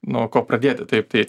nuo ko pradėti taip tai